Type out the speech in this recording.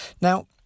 Now